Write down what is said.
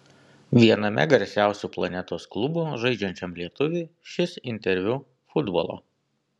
viename garsiausių planetos klubų žaidžiančiam lietuviui šis interviu futbolo